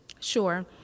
Sure